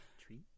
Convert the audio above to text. Tree